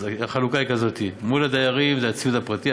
אז החלוקה היא כזאת: מול הדיירים זה הציוד הפרטי,